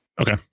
Okay